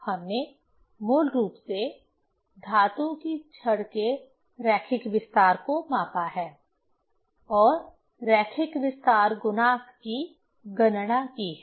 हमने मूल रूप से धातु की छड़ के रैखिक विस्तार को मापा है और रैखिक विस्तार गुणांक की गणना की है